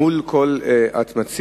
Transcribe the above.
מול כל מציע,